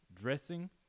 dressing